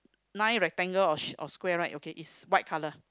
nine rectangle of sh~ of square right okay is white color